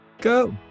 go